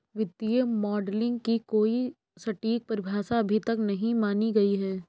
वित्तीय मॉडलिंग की कोई सटीक परिभाषा अभी तक नहीं मानी गयी है